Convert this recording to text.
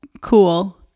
cool